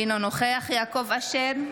אינו נוכח יעקב אשר,